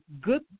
good